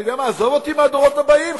אתה יודע מה, עזוב אותי מהדורות הבאים.